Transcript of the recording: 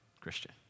Christian